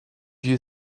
you